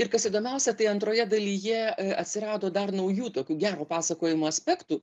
ir kas įdomiausia tai antroje dalyje atsirado dar naujų tokių gero pasakojimo aspektų